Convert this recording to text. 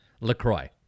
LaCroix